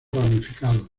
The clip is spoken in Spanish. ramificados